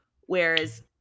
whereas